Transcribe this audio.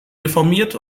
reformiert